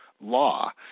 law